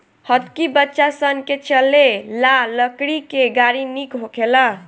हतकी बच्चा सन के चले ला लकड़ी के गाड़ी निक होखेला